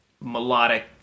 melodic